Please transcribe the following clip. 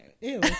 Ew